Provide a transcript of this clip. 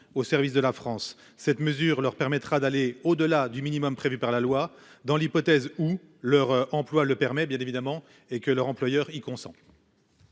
au service de la France, cette mesure leur permettra d'aller au-delà du minimum prévu par la loi. Dans l'hypothèse où leur emploi le permet bien évidemment et que leur employeur il consent.